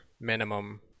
minimum